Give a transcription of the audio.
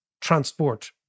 transport